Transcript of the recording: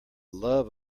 love